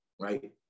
right